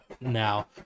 now